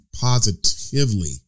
positively